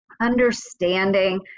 understanding